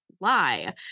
lie